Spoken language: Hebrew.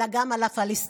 אלא גם על הפלסטינים.